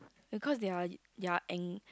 because they are